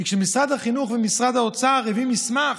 כי כשמשרד החינוך ומשרד האוצר הביאו מסמך,